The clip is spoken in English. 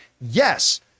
yes